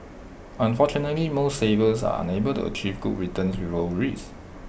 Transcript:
unfortunately most savers are unable to achieve good returns with low risk